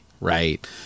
right